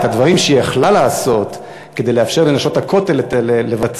את הדברים שהיא הייתה יכולה לעשות כדי לאפשר ל"נשות הכותל" לבצע,